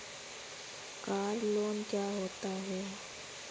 Car loan क्या होता है?